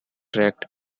track